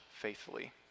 faithfully